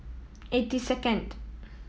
eighty second